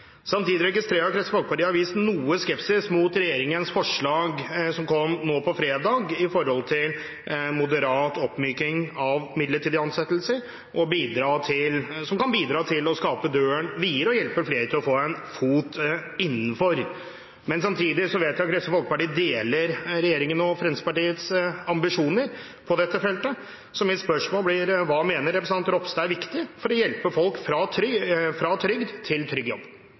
Samtidig registrerer jeg at Kristelig Folkeparti har vist noe skepsis mot regjeringens forslag som kom nå på fredag, om en moderat oppmyking av midlertidige ansettelser, som kan bidra til å gjøre døren videre og hjelpe flere til å få en fot innenfor. Men samtidig vet jeg at Kristelig Folkeparti deler regjeringen og Fremskrittspartiets ambisjoner på dette feltet, så mitt spørsmål blir: Hva mener representanten Ropstad er viktig for å hjelpe folk fra trygd til trygg jobb?